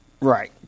Right